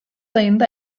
ayında